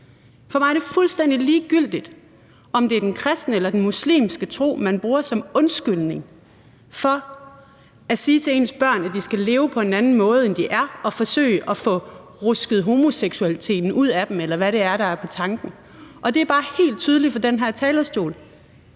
For mig er det fuldstændig ligegyldigt, om det er den kristne eller den muslimske tro, man bruger som undskyldning for at sige til ens børn, at de skal leve på en anden måde, end de er, og forsøge at få rusket homoseksualiteten ud af dem, eller hvad det er, der er tanken, og det er bare helt tydeligt fra den her talerstol,